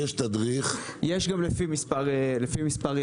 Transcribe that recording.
יש גם לפי מספר ילדים,